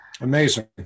Amazing